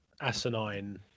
asinine